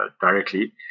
directly